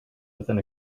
within